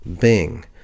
Bing